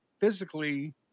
physically